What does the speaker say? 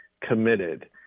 committed